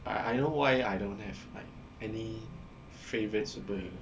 I I know why I don't have like any favorite super